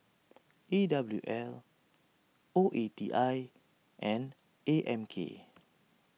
E W L O E T I and A M K